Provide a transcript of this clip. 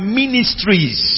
ministries